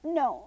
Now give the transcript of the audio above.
no